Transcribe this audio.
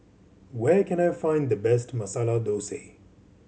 where can I find the best Masala Thosai